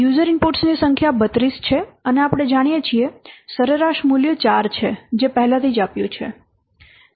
user inputs ની સંખ્યા 32 છે અને આપણે જાણીએ છીએ સરેરાશ મૂલ્ય 4 છે જે પહેલાથી જ આપ્યું છે